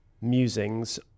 musings